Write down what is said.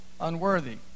unworthy